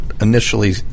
initially